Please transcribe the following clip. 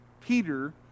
Peter